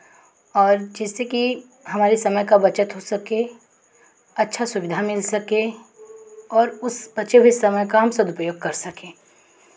और जिससे कि हमारे समय का बचत हो सके अच्छा सुविधा मिल सके और उस बचे हुए समय का हम सदुपयोग कर सकें